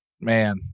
man